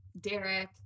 Derek